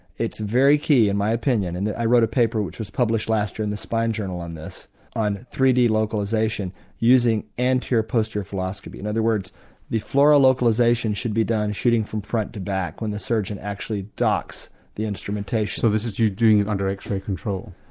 it's very key in my opinion, and i wrote a paper which was published last year in the spine journal on this on three d localisation using anterior posterior fluoroscopy. in other words the fluoro localisation should be done shooting from front to back when the surgeon actually docks the instrumentation. so this is you doing it under x-ray control?